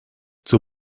zur